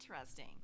interesting